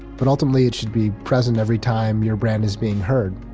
but, ultimately it should be present every time your brand is being heard